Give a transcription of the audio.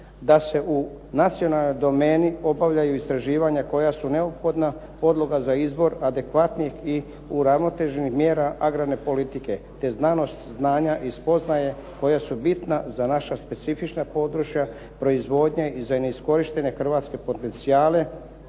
da se u nacionalnoj domeni obavljaju istraživanja koja su neophodna podloga za izbor adekvatnih i uravnoteženih mjera agrarne politike te znanost, znanja i spoznaje koja su bitna za naša specifična područja proizvodnje i za neiskorištene hrvatske potencijale